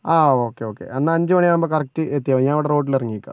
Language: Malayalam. ആ ഓക്കെ ഓക്കെ എന്നാൽ അഞ്ച് മണിയാകുമ്പോൾ കറക്ട് എത്തിയാൽ മതി ഞാനിവിടെ റോഡിലിറങ്ങി നിൽക്കാം